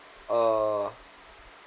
uh